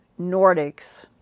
Nordics